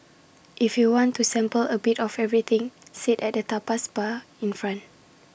if you want to sample A bit of everything sit at the tapas bar in front